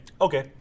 okay